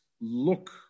look